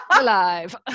Alive